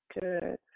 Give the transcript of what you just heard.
Good